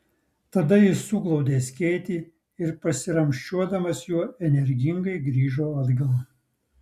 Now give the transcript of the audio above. tada jis suglaudė skėtį ir pasiramsčiuodamas juo energingai grįžo atgal